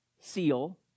seal